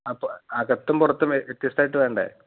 അപ്പോൾ അകത്തും പുറത്തും വ്യത്യസ്തമായിട്ട് വേണ്ടത്